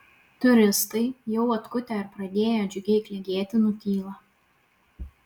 turistai jau atkutę ir pradėję džiugiai klegėti nutyla